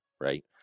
right